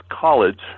college